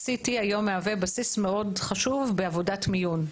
CT היום מהווה בסיס מאוד חשוב בעבודת מיון.